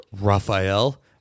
Raphael